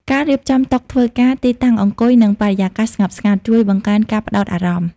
ការរៀបចំតុធ្វើការ ទីតាំងអង្គុយ និងបរិយាកាសស្ងប់ស្ងាត់ ជួយបង្កើនការផ្តោតអារម្មណ៍។